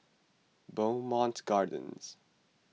Bowmont Gardens